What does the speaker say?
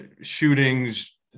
shootings